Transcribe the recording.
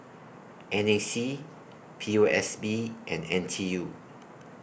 N A C P O S B and N T U